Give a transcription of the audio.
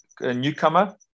newcomer